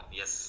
yes